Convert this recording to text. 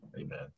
Amen